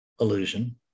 illusion